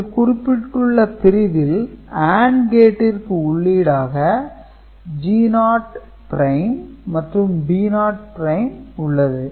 இதில் குறிப்பிட்டுள்ள பிரிவில் AND கேட்டிற்கு உள்ளீடாக G0 மற்றும் P0 உள்ளது